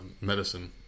medicine